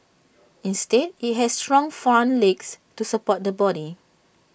instead IT has strong front legs to support the body